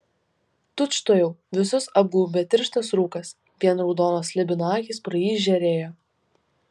tučtuojau visus apgaubė tirštas rūkas vien raudonos slibino akys pro jį žėrėjo